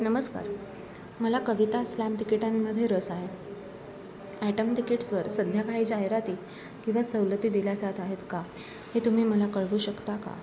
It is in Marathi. नमस्कार मला कविता स्लॅम तिकीटांमध्ये रस आहे ॲटम तिकीट्सवर सध्या काही जाहिराती किंवा सवलती दिल्या जात आहेत का हे तुम्ही मला कळवू शकता का